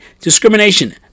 discrimination